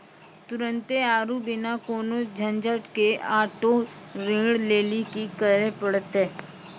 तुरन्ते आरु बिना कोनो झंझट के आटो ऋण लेली कि करै पड़तै?